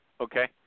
Okay